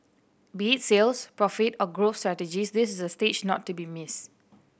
be it sales profit or growth strategies this is a stage not to be missed